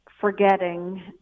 forgetting